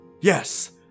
Yes